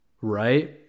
right